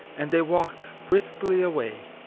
and they walked briskly away.